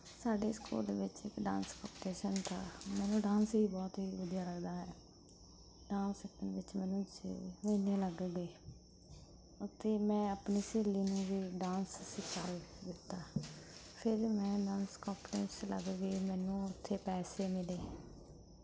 ਸਾਡੇ ਸਕੂਲ ਵਿੱਚ ਇੱਕ ਡਾਂਸ ਕੋਂਪੀਟੀਸ਼ਨ ਦਾ ਮੈਨੂੰ ਡਾਂਸ ਹੀ ਬਹੁਤ ਹੀ ਵਧੀਆ ਲਗਦਾ ਹੈ ਡਾਂਸ ਸਿੱਖਣ ਵਿਚ ਮੈਨੂੰ ਛੇ ਮਹੀਨੇ ਲੱਗ ਗਏ ਅਤੇ ਮੈ ਆਪਣੀ ਸਹੇਲੀ ਨੂੰ ਵੀ ਡਾਂਸ ਸਿਖਾ ਹੀ ਦਿੱਤਾ ਫਿਰ ਮੈਂ ਡਾਂਸ ਕੋਂਪੀਟੀਸ਼ਨ ਮੈਨੂੰ ਉੱਥੇ ਪੈਸੇ ਮਿਲੇ